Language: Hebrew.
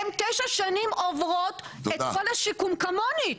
הן תשע שנים עוברות את כל השיקום כמוני,